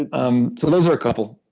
ah um those are a couple.